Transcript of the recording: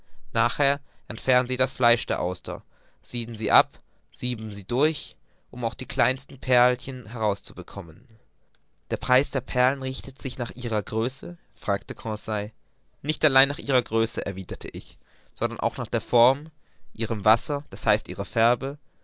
nachher entfernen sie das fleisch der auster sieden sie ab und sieben sie durch um auch die kleinsten perlchen heraus zu bekommen der preis der perlen richtet sich nach ihrer größe fragte conseil nicht allein nach ihrer größe erwiderte ich sondern auch nach ihrer form ihrem wasser d h ihrer farbe